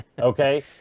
okay